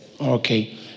Okay